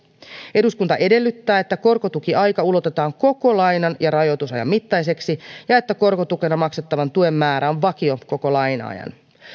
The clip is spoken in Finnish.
eduskunta edellyttää että korkotukiaika ulotetaan koko laina ja rajoitusajan mittaiseksi ja että korkotukena maksettavan tuen määrä on vakio koko laina ajan